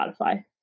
Spotify